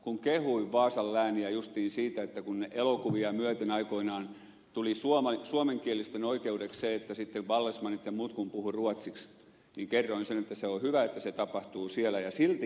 kun kehuin vaasan lääniä justiin siitä kun elokuvia myöten aikoinaan tuli suomenkielisten oikeudeksi se että kun vallesmannit ja muut puhuivat ruotsiksi niin kerroin sen että se on hyvä että se tapahtuu siellä ja silti